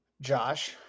Josh